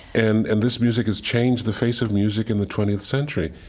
and and this music has changed the face of music in the twentieth century.